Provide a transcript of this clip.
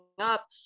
up